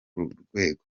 rwego